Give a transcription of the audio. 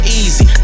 easy